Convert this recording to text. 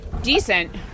decent